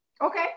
Okay